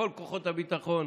כל כוחות הביטחון,